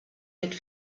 mit